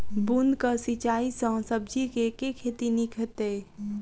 बूंद कऽ सिंचाई सँ सब्जी केँ के खेती नीक हेतइ?